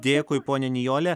dėkui ponia nijole